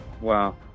Wow